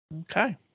Okay